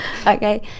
Okay